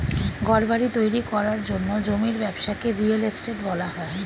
ঘরবাড়ি তৈরি করার জন্য জমির ব্যবসাকে রিয়েল এস্টেট বলা হয়